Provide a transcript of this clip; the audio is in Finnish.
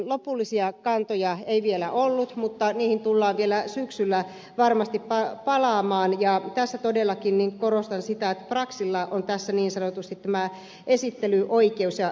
lopullisia kantoja ei vielä ollut mutta niihin tullaan vielä syksyllä varmasti palaamaan ja tässä todellakin korostan sitä braxilla on niin sanotusti tämä esittelyoikeus ja esittelyvastuu